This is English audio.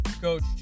Coach